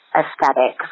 aesthetic